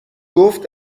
گفت